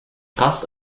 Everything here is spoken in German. fast